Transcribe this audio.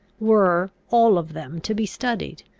were all of them to be studied.